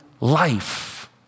life